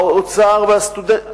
האוצר והסטודנטים,